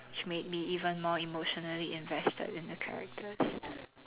which made me even more emotionally invested in the characters